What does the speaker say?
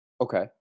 Okay